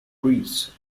priests